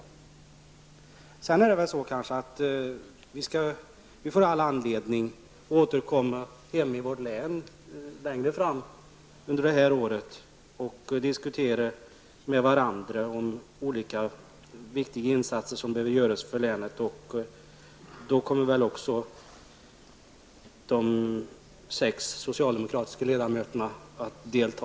Vi får all anledning att återkomma till vårt län längre fram under året och diskutera med varandra olika viktiga insatser som behöver göras för länet. Då kommer väl också de sex socialdemokratiska ledamöterna att delta.